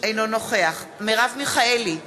אינו נוכח מרב מיכאלי,